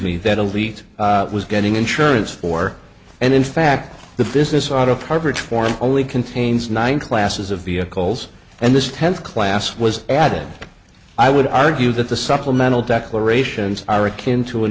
me that elite was getting insurance for and in fact the business out of harvard for only contains nine classes of vehicles and this tenth class was added i would argue that the supplemental declarations are akin to an